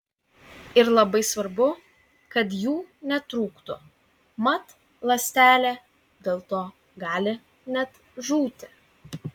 ir labai svarbu kad jų netrūktų mat ląstelė dėl to gali net žūti